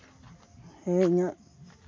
ᱦᱮᱸ ᱤᱧᱟᱹᱜ